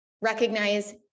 recognize